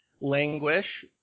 Languish